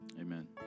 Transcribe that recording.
Amen